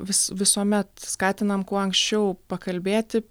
vis visuomet skatinam kuo anksčiau pakalbėti